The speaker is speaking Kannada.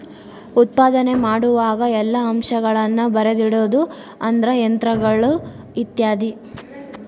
ಉತ್ಪಾದನೆ ಮಾಡುವಾಗ ಎಲ್ಲಾ ಅಂಶಗಳನ್ನ ಬರದಿಡುದು ಅಂದ್ರ ಯಂತ್ರಗಳು ಇತ್ಯಾದಿ